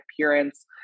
appearance